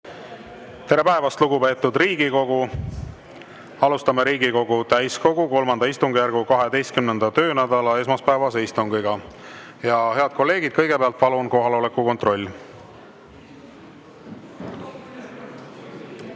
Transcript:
Tere päevast, lugupeetud Riigikogu! Alustame Riigikogu täiskogu III istungjärgu 12. töönädala esmaspäevast istungit. Head kolleegid, kõigepealt palun kohaloleku kontroll.